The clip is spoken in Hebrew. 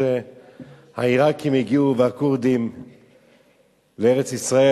כשהגיעו העירקים והכורדים לארץ-ישראל,